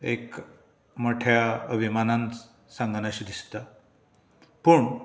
एक मोठ्या अभिमानान सांगन अशें दिसता पूण